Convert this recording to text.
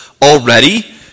already